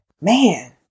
man